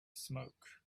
smoke